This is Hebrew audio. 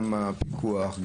גם הפיקוח,